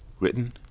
Written